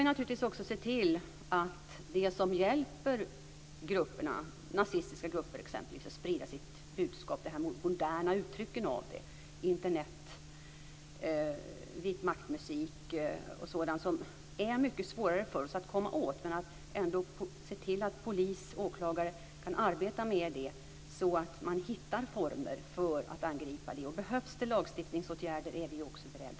Vi har mycket svårare att komma åt det som i dag hjälper exempelvis nazistiska grupper att sprida sitt budskap, dvs. moderna uttryck som Internet, vitmaktmusik och sådant. Vi ska naturligtvis se till att polis och åklagare kan arbeta med det så att man hittar former för att angripa det. Om det behövs lagstiftningsåtgärder är också vi beredda på det.